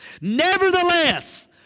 Nevertheless